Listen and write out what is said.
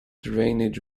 drainage